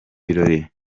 birori